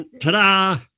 ta-da